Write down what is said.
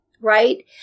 right